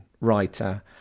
writer